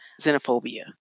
xenophobia